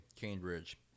Cambridge